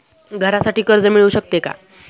घरासाठी कर्ज मिळू शकते का?